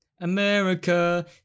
America